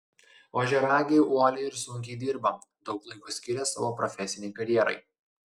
ožiaragiai uoliai ir sunkiai dirba daug laiko skiria savo profesinei karjerai